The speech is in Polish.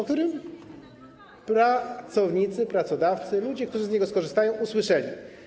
o którym pracownicy, pracodawcy, ludzie, którzy z niego skorzystają, usłyszeli.